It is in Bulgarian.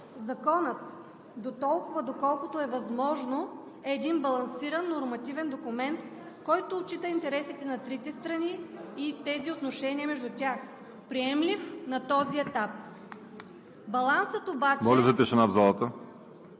Законът, доколкото е възможно, е един балансиран нормативен документ, който отчита интересите на трите страни и тези отношения между тях, приемлив на този етап. (Шум и